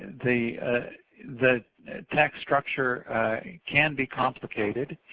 the the tax structure can be complicated.